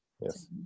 yes